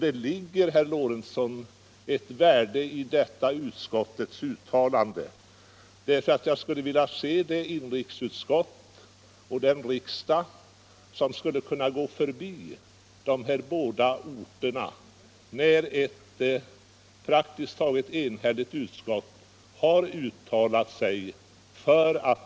Det ligger ett värde i detta utskottets uttalande, herr Lorentzon. Jag skulle vilja se det inrikesutskott och den riksdag som inte tar hänsyn till ett sådant uttalande av ett praktiskt taget enhälligt utskott.